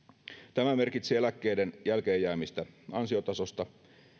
tämä merkitsee eläkkeiden jälkeen jäämistä ansiotasosta